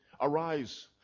Arise